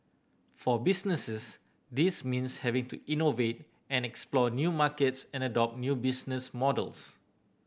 for businesses this means having to innovate and explore new markets and adopt new business models